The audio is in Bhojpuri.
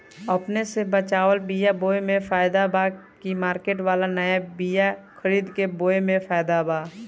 अपने से बचवाल बीया बोये मे फायदा बा की मार्केट वाला नया बीया खरीद के बोये मे फायदा बा?